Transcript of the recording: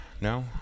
No